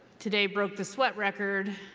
today broke the sweat record.